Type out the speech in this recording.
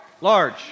large